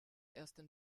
ersten